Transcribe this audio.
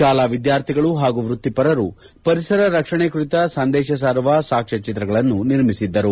ಶಾಲಾ ವಿದ್ಯಾರ್ಥಿಗಳು ಹಾಗೂ ವೃತ್ತಿಪರರು ಪರಿಸರ ರಕ್ಷಣೆ ಕುರಿತ ಸಂದೇಶ ಸಾರುವ ಸಾಕ್ಷ್ವ ಚಿತ್ರಗಳನ್ನು ನಿರ್ಮಿಸಿದ್ದರು